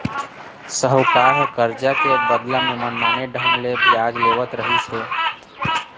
साहूकार करजा के बदला म मनमाने ढंग ले बियाज लेवत रहिस हे